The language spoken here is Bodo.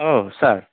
औ सार